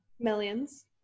millions